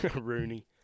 rooney